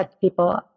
people